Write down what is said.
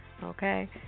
Okay